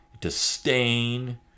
disdain